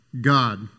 God